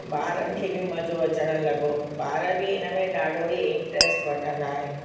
ॿारनि खे बि मज़ो अचउ लॻो ॿार बि इन में ॾाढो ई इंटरेस्ट वठंदा आहिनि